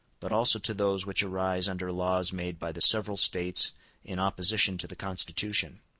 but also to those which arise under laws made by the several states in opposition to the constitution.